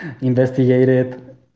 investigated